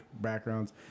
backgrounds